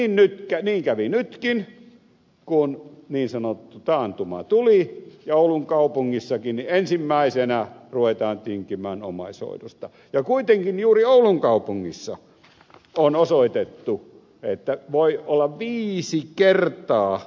niin kävi nytkin kun niin sanottu taantuma tuli että oulun kaupungissakin ensimmäisenä ruvetaan tinkimään omaishoidosta ja kuitenkin juuri oulun kaupungissa on osoitettu että voi olla viisi kertaa